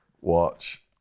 watch